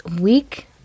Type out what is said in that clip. week